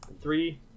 three